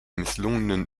misslungenen